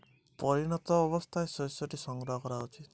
কোন অবস্থায় শস্য সংগ্রহ করা উচিৎ?